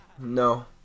No